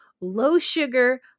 low-sugar